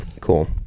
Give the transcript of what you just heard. Cool